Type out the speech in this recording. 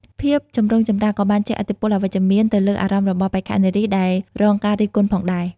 ភាពចម្រូងចម្រាសក៏បានជះឥទ្ធិពលអវិជ្ជមានទៅលើអារម្មណ៍របស់បេក្ខនារីដែលរងការរិះគន់ផងដែរ។